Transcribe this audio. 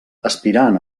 aspirant